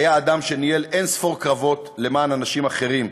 היה אדם שניהל אין-ספור קרבות למען אנשים אחרים,